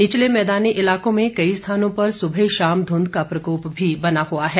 निचले मैदानी इलाकों में कई स्थानों पर सुबह शाम धुंध का प्रकोप भी बना हुआ है